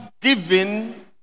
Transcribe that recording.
given